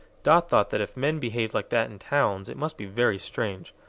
dot thought that if men behaved like that in towns it must be very strange.